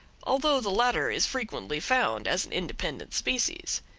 although the latter is frequently found as an independent species.